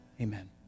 Amen